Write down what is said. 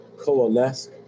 coalesce